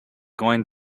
going